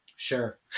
Sure